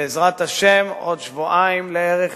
בעזרת השם, בעוד שבועיים לערך